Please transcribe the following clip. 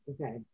Okay